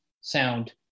sound